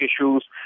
issues